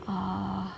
uh